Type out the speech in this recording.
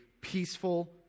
peaceful